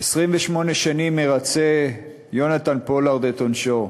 28 שנים מרצה יונתן פולארד את עונשו.